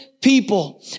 people